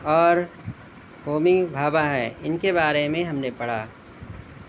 اور ہومی بھابا ہیں ان کے بارے میں ہم نے پڑھا